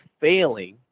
failing